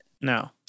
No